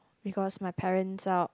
because my parents are